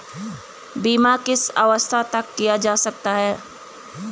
बीमा किस अवस्था तक किया जा सकता है?